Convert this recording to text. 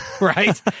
right